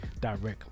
directly